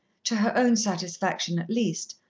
to her own satisfaction at least,